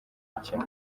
imikino